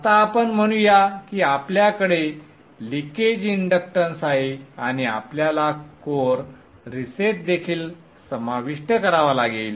आता आपण म्हणूया की आपल्याकडे लीकेज इंडक्टन्स आहे आणि आपल्याला कोअर रीसेट देखील समाविष्ट करावा लागेल